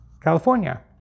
California